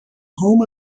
home